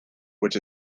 which